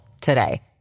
today